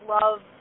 love